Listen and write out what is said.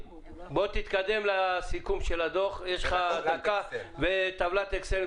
תתקדם לסיכום של הדוח וטבלת אקסל,